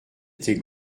était